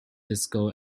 disco